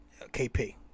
KP